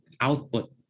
output